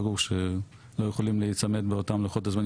ברור שלא יכולים להיצמד לאותם לוחות הזמנים